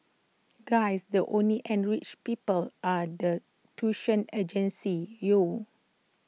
guys the only enriched people are the tuition agencies yo